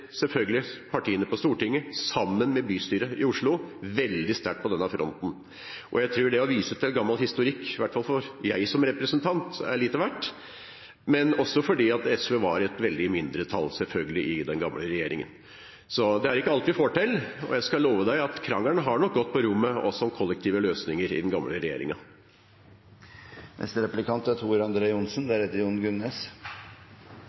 selvfølgelig partiene på Stortinget veldig sterkt sammen med bystyret i Oslo på denne fronten. Jeg tror at gammel historikk, i hvert fall for meg som representant, er lite verdt, men SV var også i mindretall, selvfølgelig, i den tidligere regjeringen. Det er ikke alt vi får til, men jeg kan love at krangelen har nok gått på rommet også om kollektive løsninger i den